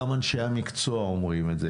גם אנשי המקצוע אומרים את זה,